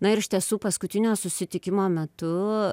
na ir iš tiesų paskutinio susitikimo metu